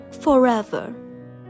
forever